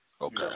Okay